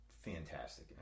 Fantastic